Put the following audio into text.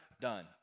done